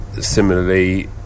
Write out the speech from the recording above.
Similarly